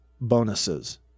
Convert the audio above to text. bonuses